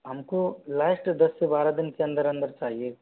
हमको लास्ट दस से बारह दिन के अंदर अंदर चाहिए